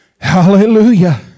hallelujah